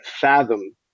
fathom